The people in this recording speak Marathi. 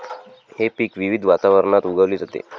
हे पीक विविध वातावरणात उगवली जाते